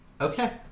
Okay